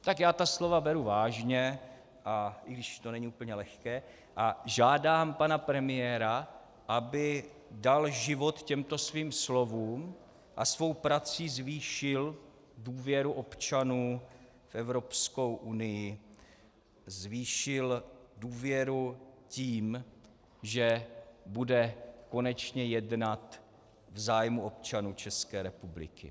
Tak já ta slova beru vážně, i když to není úplně lehké, a žádám pana premiéra, aby dal život těmto svým slovům a svou prací zvýšil důvěru občanů v Evropskou unii, zvýšil důvěru tím, že bude konečně jednat v zájmu občanů České republiky.